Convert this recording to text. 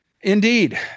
Indeed